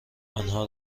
آنها